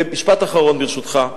משפט אחרון, ברשותך: